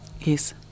yes